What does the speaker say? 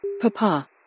Papa